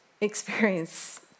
experience